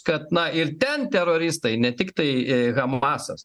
kad na ir ten teroristai ne tiktai hamasas